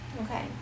okay